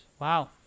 Wow